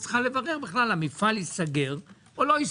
את צריכה לברר האם המפעל ייסגר או לא.